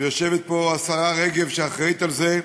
ויושבת פה השרה רגב שאחראית לזה,